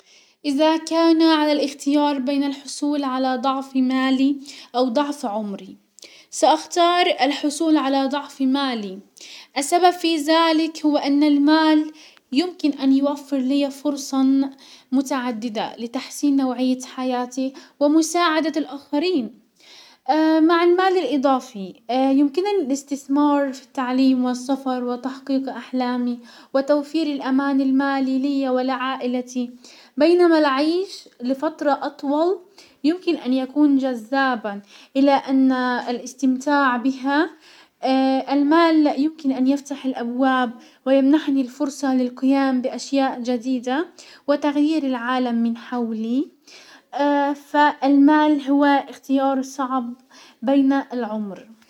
اذا كان على الاختيار بين الحصول على ضعف مالي او ضعف عمري، ساختار الحصول على ضعف مالي. السبب في زلك هو ان المال يمكن ان يوفر لي فرصا متعددة لتحسين نوعية حياتي ومساعدة الاخرين. مع المال الاضافي يمكنني الاستسمار في التعليم والسفر وتحقيق احلامي وتوفير الامان المالي لي ولعائلتي، بينما العيش لفترة اطول يمكن ان يكون جذابا الى ان الاستمتاع بها المال يمكن ان يفتح الابواب ويمنحني الفرصة للقيام باشياء جديدة وتغيير العالم من حولي، فالمال هو اختيار صعب بين العمر.